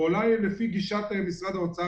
ואולי לפי גישת משרד האוצר,